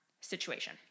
situation